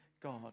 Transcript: God